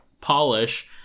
polish